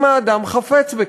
אם האדם חפץ בכך,